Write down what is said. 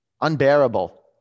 Unbearable